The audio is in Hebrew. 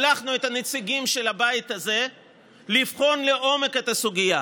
שלחנו את הנציגים של הבית הזה לבחון לעומק את הסוגיה,